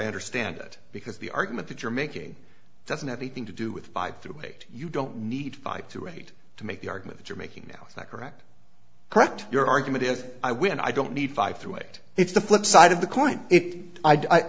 i understand it because the argument that you're making doesn't have anything to do with five through eight you don't need five through eight to make the argument you're making now is that correct correct your argument if i win i don't need five through eight it's the flip side of the coin i